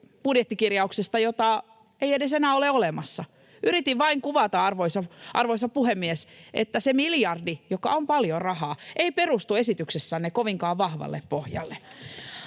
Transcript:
budjettikirjauksesta, jota ei edes enää ole olemassa. Yritin vain kuvata, arvoisa puhemies, että se miljardi, joka on paljon rahaa, ei perustu esityksessänne kovinkaan vahvalle pohjalle.